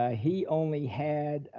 ah he only had,